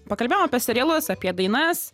pakalbėjom apie serialus apie dainas